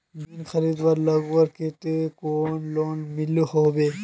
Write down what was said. जमीन खरीद लगवार केते कोई लोन मिलोहो होबे?